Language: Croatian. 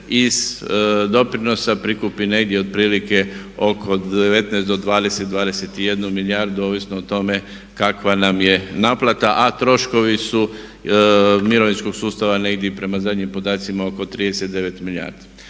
iz doprinosa prikupi negdje otprilike oko 19 do 20, 21 milijardu ovisno o tome kakva nam je naplata, a troškovi su mirovinskog sustava negdje prema zadnjim podacima oko 39 milijardi.